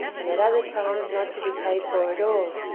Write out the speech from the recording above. and at other times not to be paid for at all.